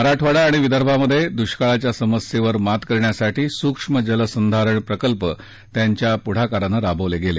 मराठवाडा आणि विदर्भात दुष्काळाच्या समस्येवर मात करण्यासाठी सूक्ष्म जल संधारण प्रकल्प त्यांच्या पुढाकारानं राबवले गेले